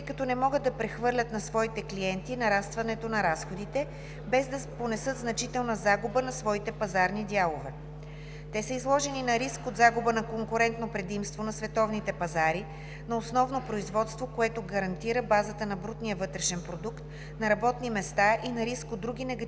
тъй като не могат да прехвърлят на своите клиенти нарастването на разходите, без да понесат значителна загуба на своите пазарни дялове. Те са изложени на риск от загуба на конкурентно предимство на световните пазари, на основно производство, което генерира базата на брутния вътрешен продукт, на работни места и на риск от други негативни